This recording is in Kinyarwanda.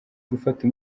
gufata